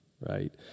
right